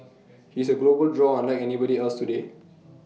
he's A global draw unlike anybody else today